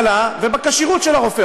בהשכלה ובכשירות של הרופא,